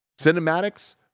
cinematics